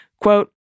Quote